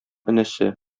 энесе